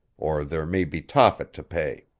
or there may be tophet to pay.